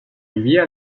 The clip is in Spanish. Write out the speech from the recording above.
vivía